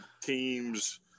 teams